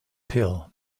peel